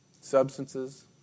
substances